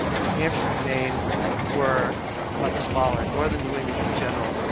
new hampshire and maine were much smaller. northern new england in general,